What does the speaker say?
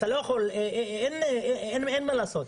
אין מה לעשות,